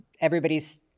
Everybody's